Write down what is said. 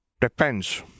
Depends